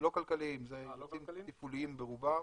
לא כלכליים, אלא אילוצים תפעוליים ברובם.